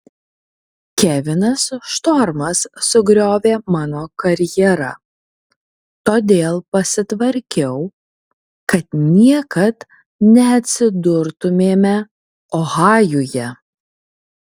kevinas štormas sugriovė mano karjerą todėl pasitvarkiau kad niekad neatsidurtumėme ohajuje